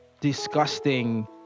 disgusting